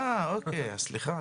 וכמה משתמשים בזה?